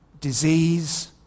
disease